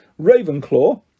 Ravenclaw